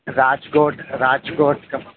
Rajkot Rajkot